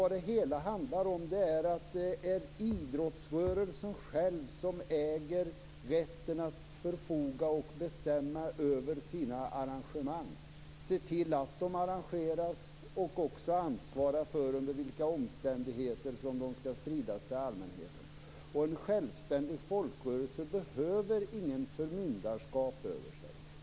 Det hela handlar om att det är idrottsrörelsen själv som äger rätten att förfoga och bestämma över sina arrangemang, se till att de arrangeras och ansvara för under vilka omständigheter som de skall spridas till allmänheten. En självständig folkrörelse behöver inget förmyndarskap över sig.